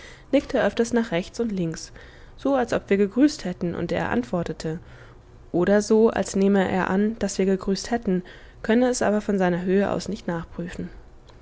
nickt er öfters nach rechts und links so als ob wir gegrüßt hätten und er antwortete oder so als nehme er an daß wir gegrüßt hätten könne es aber von seiner höhe aus nicht nachprüfen